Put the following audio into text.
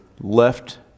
left